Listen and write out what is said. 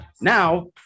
now